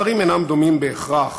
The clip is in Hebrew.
הדברים אינם דומים בהכרח,